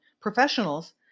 professionals